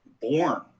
born